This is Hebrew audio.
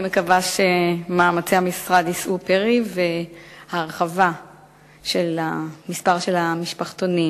אני מקווה שמאמצי המשרד יישאו פרי וההרחבה של מספר המשפחתונים